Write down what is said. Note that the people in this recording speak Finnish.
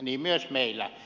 niin myös meillä